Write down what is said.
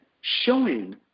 showing